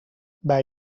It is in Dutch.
bij